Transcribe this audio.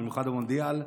במיוחד במונדיאל,